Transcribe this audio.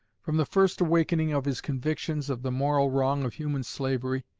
from the first awakening of his convictions of the moral wrong of human slavery,